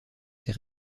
ces